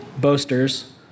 boasters